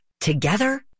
Together